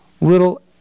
little